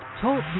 Talk